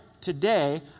Today